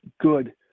good